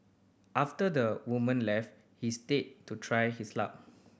after the woman left he stayed to try his luck